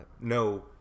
no